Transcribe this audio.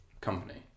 company